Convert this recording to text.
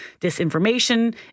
disinformation